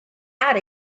out